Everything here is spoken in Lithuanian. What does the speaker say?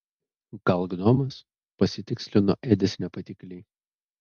gal gnomas pasitikslino edis nepatikliai